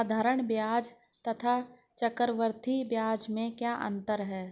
साधारण ब्याज तथा चक्रवर्धी ब्याज में क्या अंतर है?